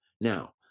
Now